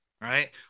right